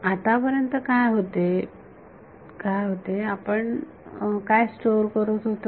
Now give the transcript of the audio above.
आतापर्यंत काय होते काय होते आपण काय स्टोअर करत होतो